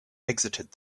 exited